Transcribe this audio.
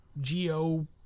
geo